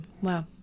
wow